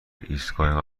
ایستگاه